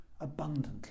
abundantly